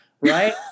right